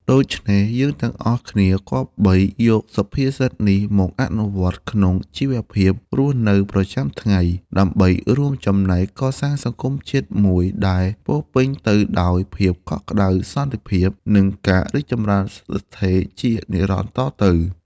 ដូច្នេះ យើងទាំងអស់គ្នាគប្បីយកសុភាសិតនេះមកអនុវត្តន៍ក្នុងជីវភាពរស់នៅប្រចាំថ្ងៃ ដើម្បីរួមចំណែកកសាងសង្គមជាតិមួយដែលពោរពេញទៅដោយភាពកក់ក្ដៅ សន្តិភាព និងការរីកចម្រើនស្ថិតស្ថេរជានិរន្តរ៍តរៀងទៅ។